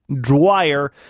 Dwyer